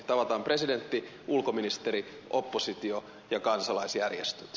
tavataan presidentti ulkoministeri oppositio ja kansalaisjärjestöt